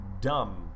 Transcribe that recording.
dumb